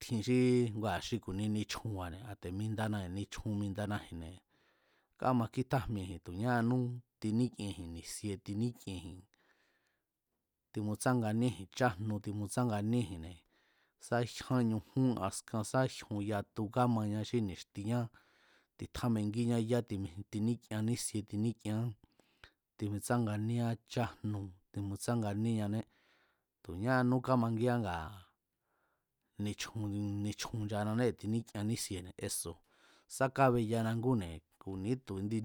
Tjin xi ngua̱ xi ku̱nia xi nichjunba̱ne̱ a te̱ mindanaji̱n nichjun mindanaji̱nne̱ kámakítjajmieji̱n tu̱ ñáanú tiník'ienji̱n ni̱sie tiník'ienji̱n tiutsánganíéji̱n chájnu timutsánganíéji̱nne̱ sá jyán ñujún askan sá jyon yatu kámaña xí ni̱xtiñá titjámengíñá ya timij tiník'ien nísie tiníkienñá timitsánganíéá chájnu timutsánganíeñané tu̱ñaanú kámangíán ngaa̱ nichjun nichjun nchananée̱ tiník'iean nísiene̱ eso̱ sá kábeyana ngúne̱ ni̱ítu̱ indi